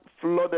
flooded